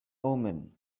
omen